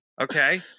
Okay